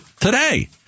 today